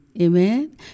amen